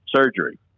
surgery